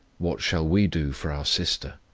what shall we do for our sister?